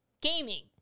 gaming